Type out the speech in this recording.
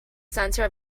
center